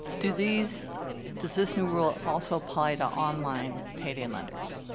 do these does this new rule also apply to online payday and lenders?